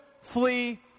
flee